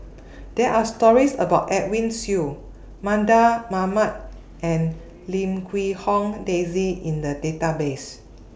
There Are stories about Edwin Siew Mardan Mamat and Lim Quee Hong Daisy in The Database